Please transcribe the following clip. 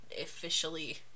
officially